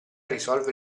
risolve